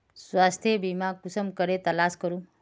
स्वास्थ्य बीमा कुंसम करे तलाश करूम?